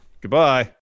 Goodbye